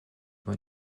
буй